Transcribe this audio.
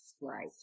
right